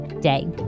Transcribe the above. day